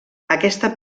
aquesta